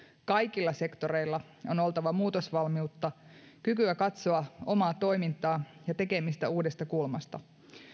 kaikilla sektoreilla on oltava muutosvalmiutta kykyä katsoa omaa toimintaa ja tekemistä uudesta kulmasta